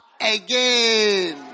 again